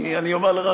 אני אומר לך,